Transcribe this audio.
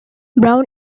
brown